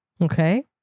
Okay